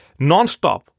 nonstop